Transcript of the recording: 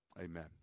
amen